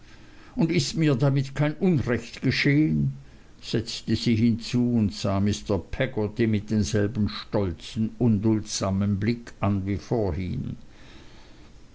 und ist mir damit kein unrecht geschehen setzte sie hinzu und sah mr peggotty mit demselben stolzen unduldsamen blick an wie vorhin